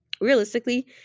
realistically